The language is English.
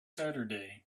saturday